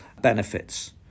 benefits